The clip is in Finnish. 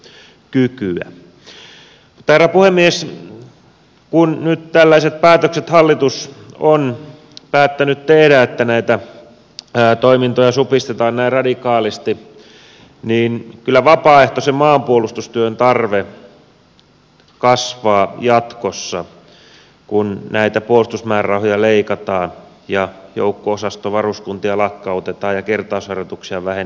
mutta herra puhemies kun nyt tällaiset päätökset hallitus on päättänyt tehdä että näitä toimintoja supistetaan näin radikaalisti niin kyllä vapaaehtoisen maanpuolustustyön tarve kasvaa jatkossa kun näitä puolustusmäärärahoja leikataan joukko osastovaruskuntia lakkautetaan ja kertausharjoituksia vähennetään